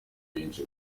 benshi